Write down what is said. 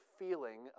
feeling